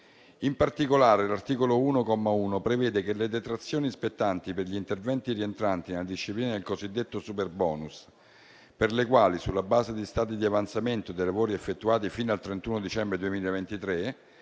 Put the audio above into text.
In particolare, l'articolo 1, comma 1, prevede che le detrazioni spettanti per gli interventi rientranti nella disciplina del cosiddetto superbonus per le quali, sulla base di stati di avanzamento dei lavori effettuati fino al 31 dicembre 2003,